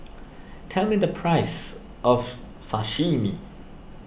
tell me the price of Sashimi